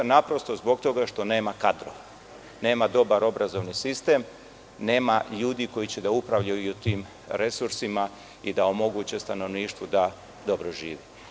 Naprosto zbog toga što nema kadrove, nema dobar obrazovni sistem, nema ljudi koji će da upravljaju tim resursima i da omoguće stanovništvu da dobro žive.